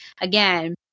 again